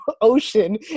ocean